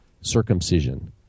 circumcision